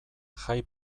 jai